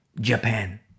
Japan